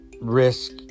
risk